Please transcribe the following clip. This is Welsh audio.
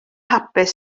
hapus